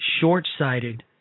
short-sighted